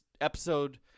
episode